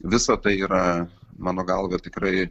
visa tai yra mano galva tikrai